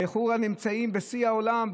היו נמצאים בשיא העולם,